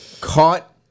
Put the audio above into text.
Caught